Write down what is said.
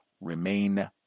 remain